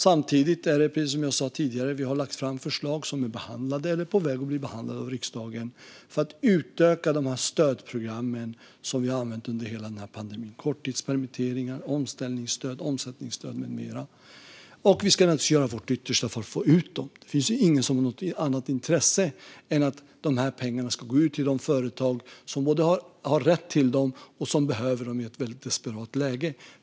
Samtidigt har vi, precis som jag sa tidigare, lagt fram förslag som är behandlade eller på väg att bli behandlade av riksdagen. De handlar om att utöka de stödprogram som vi har använt under hela pandemin - korttidspermitteringar, omställningsstöd, omsättningsstöd med mera. Vi ska naturligtvis göra vårt yttersta för att få ut dem. Det finns ingen som har något annat intresse än att de här pengarna ska gå ut till de företag som både har rätt till dem och som behöver dem i ett väldigt desperat läge.